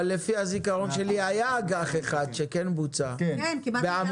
לפי הזיכרון שלי היה אג"ח אחד שכן בוצע בעמידר.